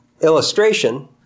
illustration